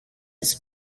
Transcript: this